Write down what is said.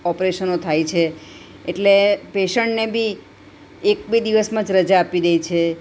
ઓપરેશનો થાય છે એટલે પેશન્ટને બી એક બે દિવસમાં જ રજા આપી દે છે